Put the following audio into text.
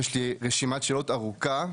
יש לי רשימת שאלות ארוכה,